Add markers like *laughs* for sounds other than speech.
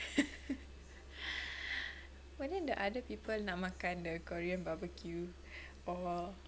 *laughs* *breath* the other people makan the korean barbecue or